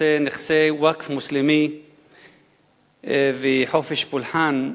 נושא נכסי ווקף מוסלמי וחופש פולחן,